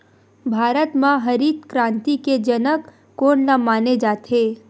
भारत मा हरित क्रांति के जनक कोन ला माने जाथे?